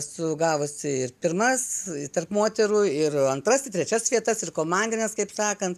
esu sugavusi ir pirmas tarp moterų ir antras ir trečias vietas ir komandinės kaip sakant